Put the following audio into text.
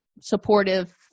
supportive